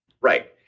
Right